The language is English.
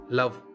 love